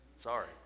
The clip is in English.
Sorry